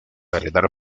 heredar